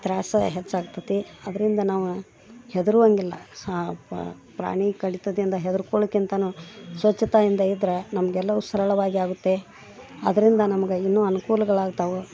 ತ್ರಾಸು ಹೆಚ್ಚಾಗ್ತದೆ ಅದರಿಂದ ನಾವು ಹೆದರುವಂಗಿಲ್ಲ ಸಹ ಪ್ರಾಣಿ ಕಡಿತದಿಂದ ಹೆದರ್ಕೊಳ್ಕಿಂತಾನೂ ಸ್ವಚ್ಚತಾಯಿಂದ ಇದ್ರೆ ನಮಗೆಲ್ಲವೂ ಸರಳವಾಗಿ ಆಗುತ್ತೆ ಅದರಿಂದ ನಮ್ಗೆ ಇನ್ನೂ ಅನುಕೂಲಗಳಾಗ್ತಾವೆ